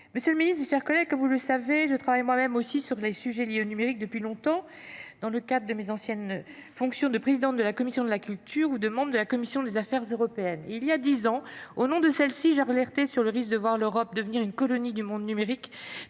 Monsieur le ministre, mes chers collègues, comme vous le savez, je travaille moi même sur les sujets liés au numérique depuis longtemps, dans le cadre de mes anciennes fonctions de présidente de la commission de la culture ou de membre de la commission des affaires européennes. Il y a dix ans, au nom de cette dernière, j’alertais sur le risque de voir l’Europe devenir une « colonie du monde numérique